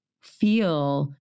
feel